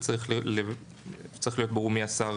וצריך להיות ברור מי השר